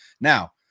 Now